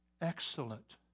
excellent